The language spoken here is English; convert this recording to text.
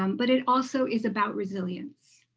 um but it also is about resilience.